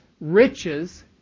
riches